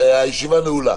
הישיבה נעולה.